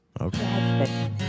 Okay